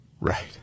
Right